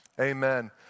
Amen